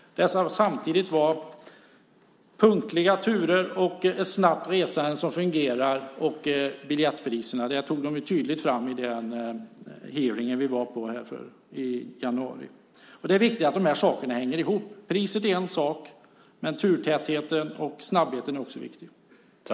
Det ska samtidigt vara punktliga turer, ett snabbt resande som fungerar och bra biljettpriser. Det tog man tydligt fram i den hearing vi var på i januari. Det är viktigt att de sakerna hänger ihop. Priset är en sak, men turtätheten och snabbheten är också viktiga.